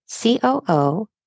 COO